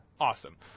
Awesome